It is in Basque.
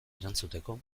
erantzuteko